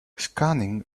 scanning